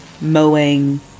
mowing